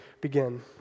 begin